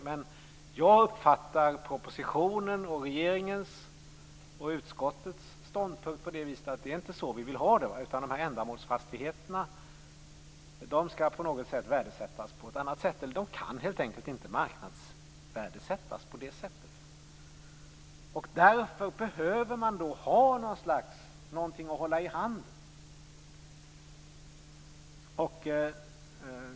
Men jag uppfattar propositionen och regeringens och utskottets ståndpunkt så att det inte är så vi vill ha det. Ändamålsfastigheterna skall värdesättas på ett annat sätt - ja, de kan helt enkelt inte marknadsvärdesättas på det viset. Därför behöver man ha något att hålla i handen.